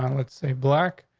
um let's say black,